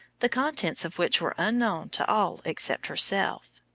the contents of which were unknown to all except herself.